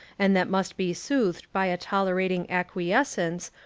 and that must be soothed by a tolerating acqui escence,